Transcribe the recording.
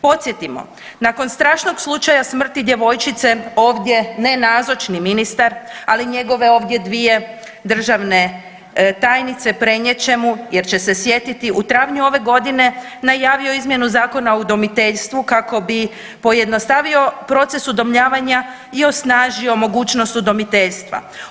Podsjetimo, nakon strašnog slučaja smrti djevojčice ovdje nenazočni ministar, ali njegove ovdje 2 državne tajnice prenijet će mu jer će se sjetiti, u travnju ove godine najavio izmjenu Zakona o udomiteljstvu kako bi pojednostavi proces udomljavanja i osnažio mogućnost udomiteljstva.